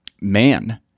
man